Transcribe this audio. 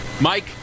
Mike